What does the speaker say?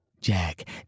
Jack